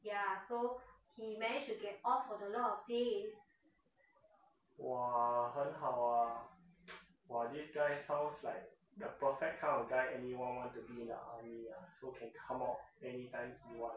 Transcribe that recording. !wah! 很好啊 !wah! this guy sounds like the perfect kind of guy anyone want to be in the army ah so can come out anytime that he want